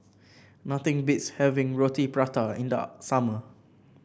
nothing beats having Roti Prata in the summer